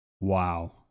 Wow